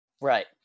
Right